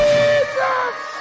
Jesus